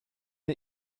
ihr